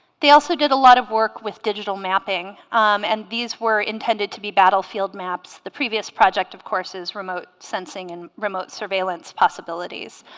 they also did a lot of work with digital mapping and these were intended to be battlefield maps the previous project of course is remote sensing and remote surveillance possibilities